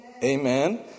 amen